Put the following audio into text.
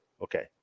Okay